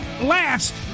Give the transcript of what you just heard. last